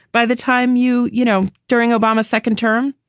by the time, you you know, during obama's second term,